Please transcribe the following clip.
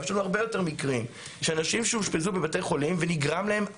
יש לנו הרבה יותר מקרים שאנשים אושפזו בבתי חולים ונגרם להם עוול,